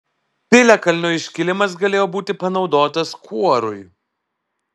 piliakalnio iškilimas galėjo būti panaudotas kuorui